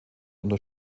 unter